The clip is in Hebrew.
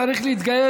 שהיה צריך להתגייס,